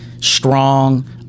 strong